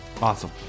Awesome